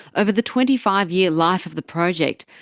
over the twenty five year life of the project,